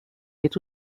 est